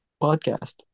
podcast